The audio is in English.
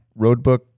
roadbook